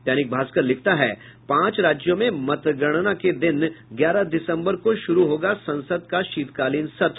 दैनिक भास्कर लिखता है पांच राज्यों में मतगणना के दिन ग्यारह दिसम्बर को शुरू होगा संसद का शीतकालीन सत्र